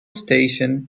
station